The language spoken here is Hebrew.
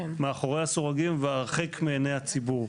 מאחורי הסורגים והרחק מעיני הציבור,